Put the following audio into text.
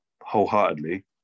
wholeheartedly